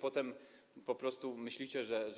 Potem myślicie, że